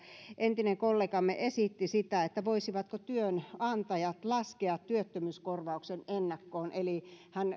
entinen kollegamme esitti voisivatko työnantajat laskea työttömyyskorvauksen ennakkoon eli